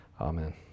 amen